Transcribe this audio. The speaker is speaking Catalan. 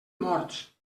morts